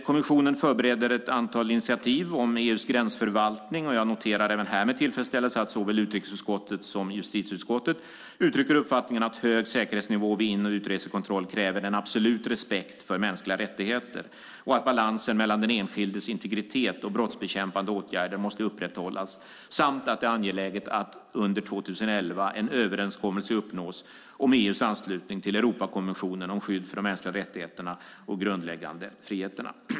Kommissionen förbereder ett antal initiativ om EU:s gränsförvaltning, och jag noterar även här med tillfredsställelse att såväl utrikesutskottet som justitieutskottet uttrycker uppfattningen att hög säkerhetsnivå vid in och utresekontroll kräver en absolut respekt för mänskliga rättigheter och att balansen mellan den enskildes integritet och brottsbekämpande åtgärder måste upprätthållas samt att det är angeläget att under 2011 en överenskommelse uppnås om EU:s anslutning till Europakonventionen om skydd för de mänskliga rättigheterna och grundläggande friheterna.